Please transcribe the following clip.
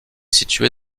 situé